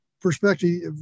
perspective